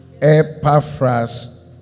Epaphras